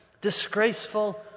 disgraceful